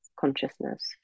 consciousness